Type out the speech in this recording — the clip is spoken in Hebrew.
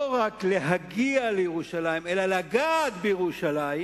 לא רק להגיע לירושלים אלא לגעת בירושלים